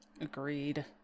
agreed